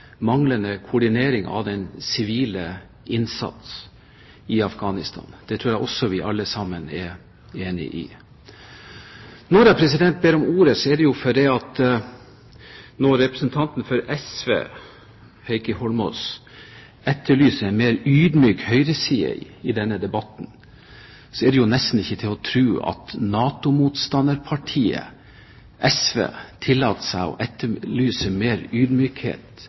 manglende koordineringen av den sivile innsatsen i Afghanistan. Det tror jeg også vi alle sammen er enig i. Når jeg ber om ordet, er det fordi representanten for SV, Heikki Holmås, etterlyser en mer ydmyk høyreside i denne debatten. Det er nesten ikke til å tro at NATO-motstanderpartiet SV tillater seg å etterlyse mer ydmykhet